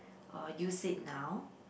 uh use it now